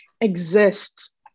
exists